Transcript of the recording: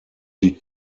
die